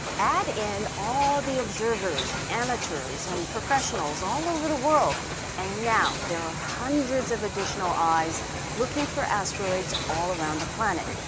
add in all the observers, amateurs, and professionals all over the world and now there are hundreds of additional eyes looking for asteroids all around the planet.